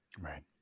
Right